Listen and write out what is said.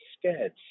scared